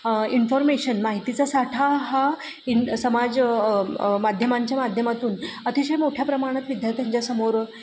information माहितीचा साठा हा इन समाज माध्यमांच्या माध्यमातून अतिशय मोठ्या प्रमाणात विद्यार्थ्यांच्यासमोर